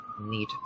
need